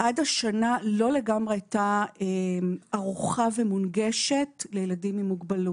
עד השנה לא לגמרי הייתה ערוכה ומונגשת לילדים עם מוגבלות.